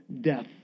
death